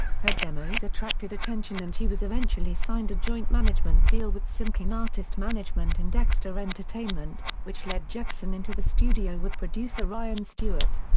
her demos attracted attention and she was eventually signed a joint management deal with simkin artist management and dexter entertainment, which led jepsen into the studio with producer ryan stewart.